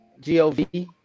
GOV